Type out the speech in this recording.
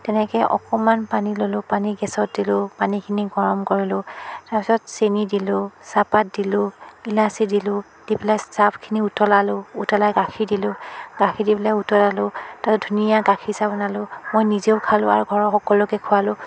তেনেকৈ অকণমান পানী ল'লোঁ পানী গেছত দিলোঁ পানীখিনি গৰম কৰিলোঁ তাৰ পিছত চেনি দিলোঁ চাহপাত দিলোঁ ইলাচী দিলোঁ দি পেলাই ষ্টাফখিনি উতলালোঁ উতলাই গাখীৰ দিলোঁ গাখীৰ দি পেলাই উতলালোঁ তাৰ পিছত ধুনীয়া গাখীৰ চাহ বনালোঁ মই নিজেও খালোঁ আৰু ঘৰৰ সকলোকে খোৱালোঁ